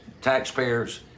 taxpayers